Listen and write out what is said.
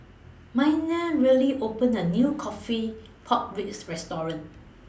Miner rarely opened The New Coffee Pork Ribs Restaurant